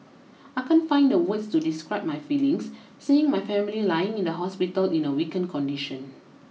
I can't find the words to describe my feelings seeing my family lying in the hospital in a weakened condition